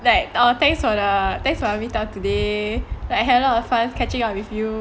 like oh thanks for the meet up today I had a lot of fun catching up with you